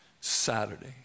Saturday